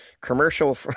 commercial